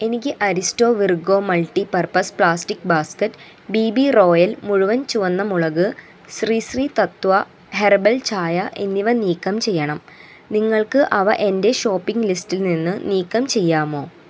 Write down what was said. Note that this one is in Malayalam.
എനിക്ക് Aristo Virgo multi purpose plastic basket D B royal മുഴുവൻ ചുവന്ന മുളക് ശ്രീ ശ്രീ തത്വ ഹെർബൽ ചായ എന്നിവ നീക്കം ചെയ്യണം നിങ്ങൾക്ക് അവ എന്റെ ഷോപ്പിങ് ലിസ്റ്റിൽനിന്ന് നീക്കം ചെയ്യാമൊ